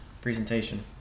presentation